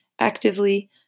actively